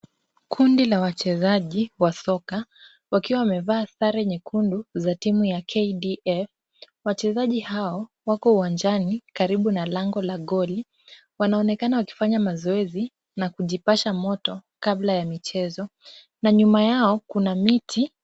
Kundi la wachezaji wa soka, wakiwa wamevaa sare nyekundu za timu ya KDF. Wachezaji hao, wako uwanjani karibu na lango la goli. Wanaonekana wakifanya mazoezi na kujipasha moto kabla ya michezo na nyuma yao kuna miti.